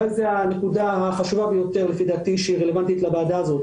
שזו הנקודה שרלוונטית לוועדה הזאת.